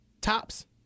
tops